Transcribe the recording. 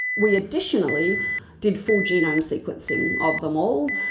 we additionally did full genome sequencing of them all,